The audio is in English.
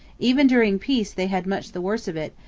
even during peace they had much the worse of it,